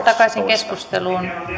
takaisin keskusteluun